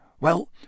Well